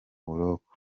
buroko